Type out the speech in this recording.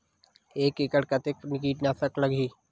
एक एकड़ कतेक किट नाशक लगही?